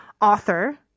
Author